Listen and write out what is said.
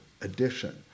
edition